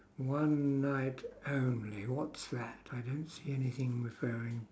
one night only what's that I don't see anything referring